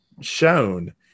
shown